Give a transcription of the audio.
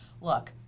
Look